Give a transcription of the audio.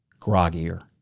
groggier